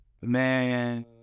Man